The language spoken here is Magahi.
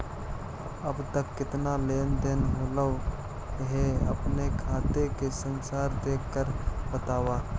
अब तक कितना लेन देन होलो हे अपने खाते का सारांश देख कर बतावा